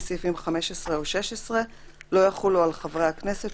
סעיפים 15 או 16 לא יחולו על חברי הכנסת,